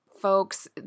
folks